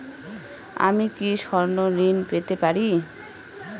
আমি কি স্বর্ণ ঋণ পেতে পারি?